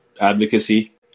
advocacy